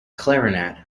clarinet